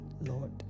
Lord